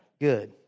Good